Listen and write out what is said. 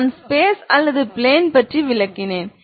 நான் ஸ்பேஸ் அல்லது பிலேன் பற்றி விளக்கினேன்